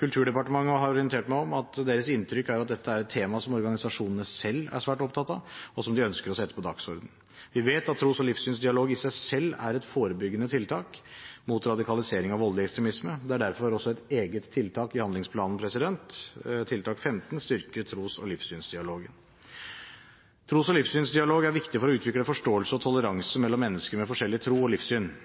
Kulturdepartementet har orientert meg om at deres inntrykk er at dette er et tema som organisasjonene selv er svært opptatt av, og som de ønsker å sette på dagsordenen. Vi vet at tros- og livssynsdialog i seg selv er et forebyggende tiltak mot radikalisering og voldelig ekstremisme. Det er derfor også et eget tiltak i handlingsplanen, tiltak 15, Styrke tros- og livssynsdialogen. Tros- og livssynsdialog er viktig for å utvikle forståelse og toleranse mellom mennesker med forskjellig tro og livssyn